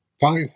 fine